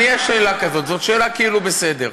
יש שאלה כזאת, זאת שאלה כאילו בסדר,